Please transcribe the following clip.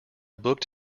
booked